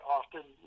often